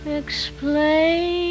explain